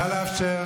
לא רלוונטי.